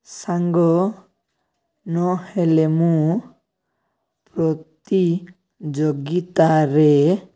ସାଙ୍ଗ ନହେଲେ ମୁଁ ପ୍ରତିଯୋଗିତାରେ